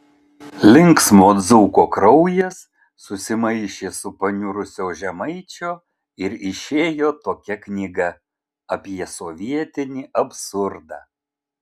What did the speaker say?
linksmo dzūko kraujas susimaišė su paniurusio žemaičio ir išėjo tokia knyga apie sovietinį absurdą